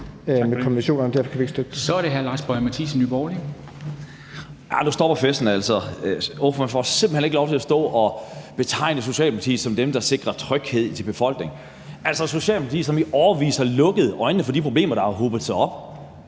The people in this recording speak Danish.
Kl. 10:59 Lars Boje Mathiesen (NB): Nu stopper festen altså. Ordføreren får simpelt hen ikke lov til at stå og betegne Socialdemokratiet som dem, der sikrer tryghed til befolkningen. Socialdemokratiet har i årevis lukket øjnene for de problemer, der har hobet sig op,